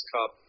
Cup